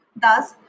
Thus